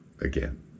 again